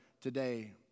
today